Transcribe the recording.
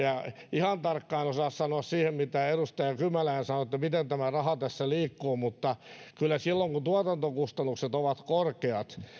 ihan tarkkaan en osaa sanoa siitä mitä edustaja kymäläinen sanoi miten tämä raha tässä liikkuu mutta kyllä silloin kun tuotantokustannukset ovat korkeat